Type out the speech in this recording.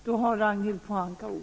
Fru talman!